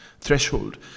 threshold